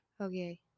Okay